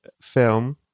film